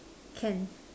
can